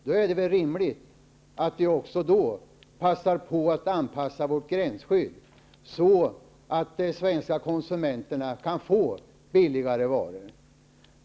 Då är det väl rimligt att vid samma tillfälle anpassa vårt gränsskydd så att svenska konsumenter kan få billigare varor.